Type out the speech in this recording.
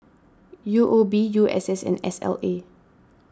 U O B U S S and S L A